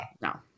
no